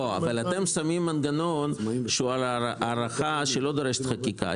אבל אתם שמים מנגנון שהוא הארכה שלא דורשת חקיקה.